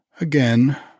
Again